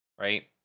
right